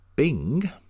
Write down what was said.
Bing